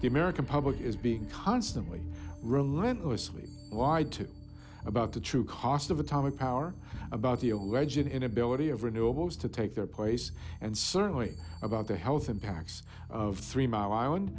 the american public is being constantly relentlessly wide too about the true cost of atomic power about the origin inability of renewables to take their place and certainly about the health impacts of three mile island